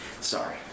Sorry